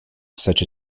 such